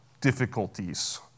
difficulties